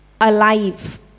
alive